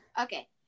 Okay